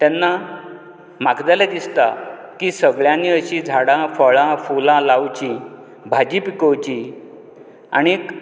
तेन्ना म्हाका जाल्यार दिसता की सगळ्यानीं अशीं झाडां फळां फुलां लावचीं भाजी पिकोवची आनीक